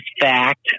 fact